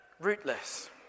rootless